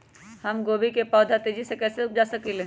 हम गोभी के पौधा तेजी से कैसे उपजा सकली ह?